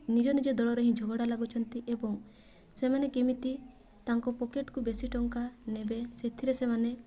ନିଜ ନିଜ ଦଳରେ ହିଁ ଝଗଡ଼ା ଲାଗୁଛନ୍ତି ଏବଂ ସେମାନେ କେମିତି ତାଙ୍କ ପକେଟ୍କୁ ବେଶୀ ଟଙ୍କା ନେବେ ସେଥିରେ ସେମାନେ